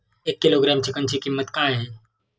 एक किलोग्रॅम चिकनची किंमत काय आहे?